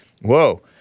Whoa